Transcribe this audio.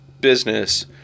business